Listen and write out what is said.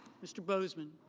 mr. boseman.